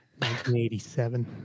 1987